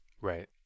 Right